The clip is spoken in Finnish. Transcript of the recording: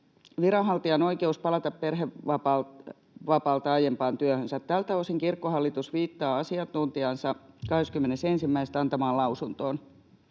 ”Viranhaltijan oikeus palata perhevapaalta aiempaan työhönsä: Tältä osin Kirkkohallitus viittaa asiantuntijansa 20.1. antamaan lausuntoon.